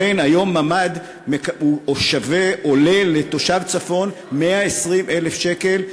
ממ"ד עולה לתושב הצפון 120,000 שקל,